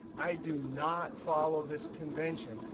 i do not follow this convention.